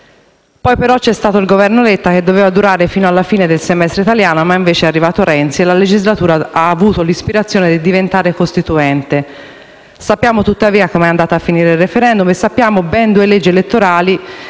Poi, però, c'è stato il Governo Letta che doveva durare fino alla fine del semestre italiano, e invece è arrivato Renzi e la legislatura ha avuto l'aspirazione di diventare costituente. Sappiamo, tuttavia, come è andato a finire il *referendum* e sappiamo come sono andate a